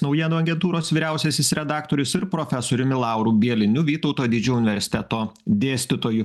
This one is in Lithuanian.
naujienų agentūros vyriausiasis redaktorius ir profesoriumi lauru bieliniu vytauto didžiojo universiteto dėstytoju